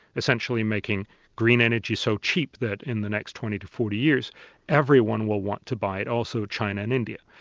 essentially making green energy so cheap that in the next twenty to forty years everyone will want to buy it, also china and india,